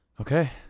Okay